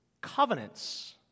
covenants